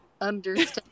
understand